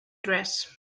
dress